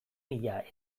mila